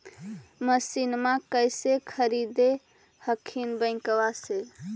मसिनमा कैसे खरीदे हखिन बैंकबा से?